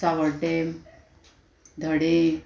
सावड्डे धडे